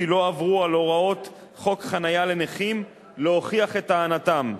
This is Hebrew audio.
לא עברו על הוראות חוק חנייה לנכים להוכיח את טענתם.